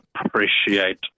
appreciate